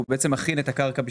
הוא בעצם מכין את הקרקע,